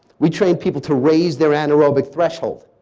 we train people to raise their anaerobic threshold.